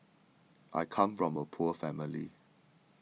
I come from a poor family